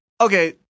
Okay